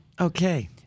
Okay